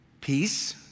peace